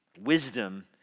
wisdom